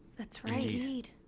that's right. indeed.